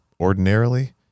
ordinarily